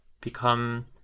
become